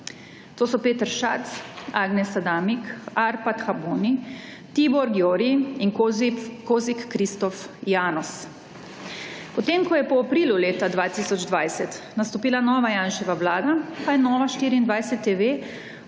To so Peter Schatz, Agnes Adamik, Arpak Aboni, Tibor Jori in Kosik Kristóf János. Potem, ko je po aprilu leta 2020 nastopila nova Janševa Vlada, pa je Nova24TV